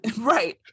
right